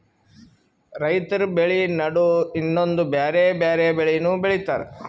ರೈತರ್ ಬೆಳಿ ನಡು ಇನ್ನೊಂದ್ ಬ್ಯಾರೆ ಬ್ಯಾರೆ ಬೆಳಿನೂ ಬೆಳಿತಾರ್